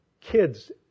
kids